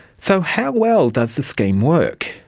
so how well does the scheme work?